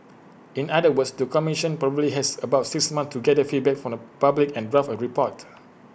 in other words the commission probably has about six months to gather feedback from the public and draft A report